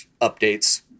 updates